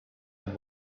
and